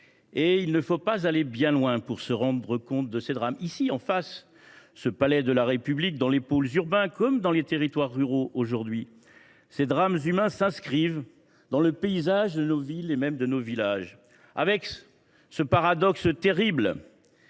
Il ne faut pas aller bien loin pour se rendre compte de ces drames. À quelques pas de ce palais de la République, dans les pôles urbains comme dans les territoires ruraux, ces drames humains s’inscrivent dans le paysage de nos villes et même de nos villages, avec ce paradoxe terrible